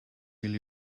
will